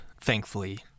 thankfully